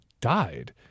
died